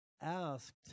asked